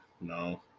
No